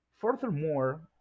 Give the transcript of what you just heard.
Furthermore